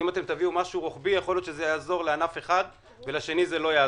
אם תביאו משהו רוחבי יכול להיות שזה יעזור לענף אחד ולשני זה לא יעזור.